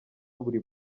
buri